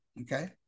okay